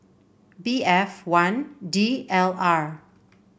B F one D L R